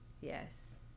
Yes